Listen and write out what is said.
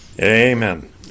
Amen